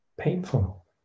painful